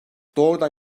doğrudan